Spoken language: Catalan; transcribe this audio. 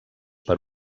per